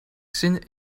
zin